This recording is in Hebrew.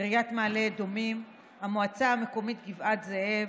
עיריית מעלה אדומים, המועצה המקומית גבעת זאב,